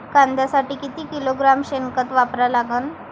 कांद्यासाठी किती किलोग्रॅम शेनखत वापरा लागन?